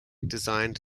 designed